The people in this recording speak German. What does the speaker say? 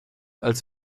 als